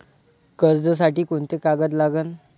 कर्जसाठी कोंते कागद लागन?